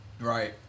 Right